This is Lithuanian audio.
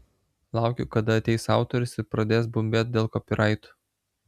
laukiu kada ateis autorius ir pradės bumbėt dėl kopyraitų